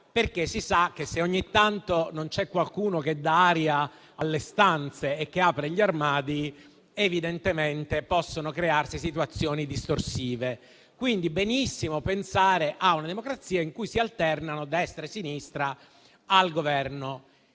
infatti che, se ogni tanto non c'è qualcuno che dà aria alle stanze e apre gli armadi, evidentemente possono crearsi situazioni distorsive. Va benissimo quindi pensare a una democrazia in cui si alternano destra e sinistra al Governo;